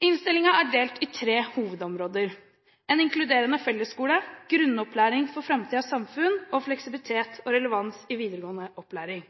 Innstillingen er delt inn i tre hovedområder: en inkluderende fellesskole grunnopplæring for framtidens samfunn fleksibilitet og relevans i videregående opplæring.